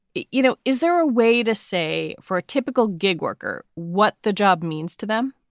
you know, is there a way to say for a typical gig worker what the job means to them?